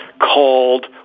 called